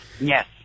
yes